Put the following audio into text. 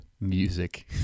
music